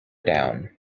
down